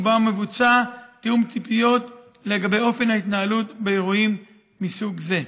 ובה מבוצע תיאום ציפיות לגבי אופן ההתנהלות באירועים מסוג זה.